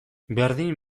berdin